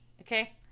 okay